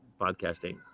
Podcasting